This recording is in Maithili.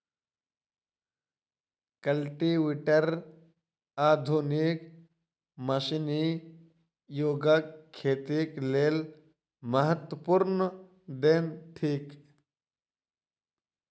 कल्टीवेटर आधुनिक मशीनी युगक खेतीक लेल महत्वपूर्ण देन थिक